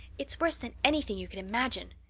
it's worse than anything you could imagine.